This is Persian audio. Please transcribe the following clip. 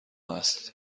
است